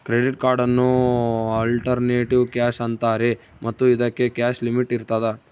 credit ಕಾರ್ಡನ್ನು alternative cash ಅಂತಾರೆ ಮತ್ತು ಇದಕ್ಕೆ ಕ್ಯಾಶ್ ಲಿಮಿಟ್ ಇರ್ತದ